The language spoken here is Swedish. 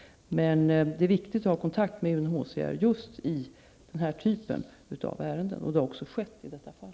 Det är ändå viktigt att ha kontakt med UNHCR just i den här typen av ärenden, och det har också skett i detta fall.